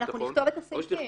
אנחנו נכתוב את הסעיפים.